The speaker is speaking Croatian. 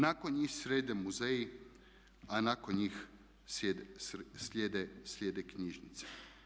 Nakon njih slijede muzeji a nakon njih slijede knjižnice.